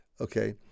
okay